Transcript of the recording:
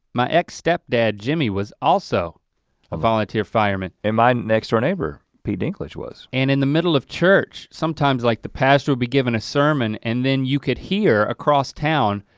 my ex step dad jimmy was also a volunteer fireman. and my next door neighbor pete dinklage was. and in the middle of church, sometimes, like, the pastor would be giving a sermon, and then you could hear across town,